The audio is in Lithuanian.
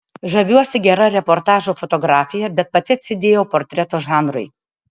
žaviuosi gera reportažo fotografija bet pati atsidėjau portreto žanrui